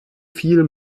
viel